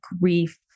grief